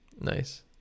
nice